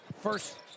first